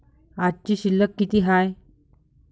आजची शिल्लक किती हाय?